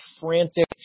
frantic